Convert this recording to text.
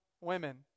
women